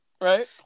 right